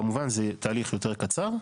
כמובן זה תהליך יותר קצר,